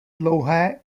dlouhé